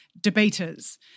debaters